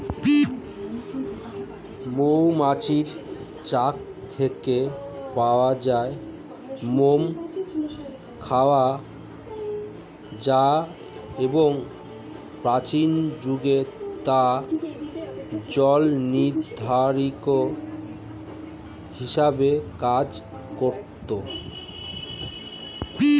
মৌমাছির চাক থেকে পাওয়া মোম খাওয়া যায় এবং প্রাচীন যুগে তা জলনিরোধক হিসেবে কাজ করত